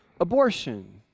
abortion